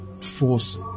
force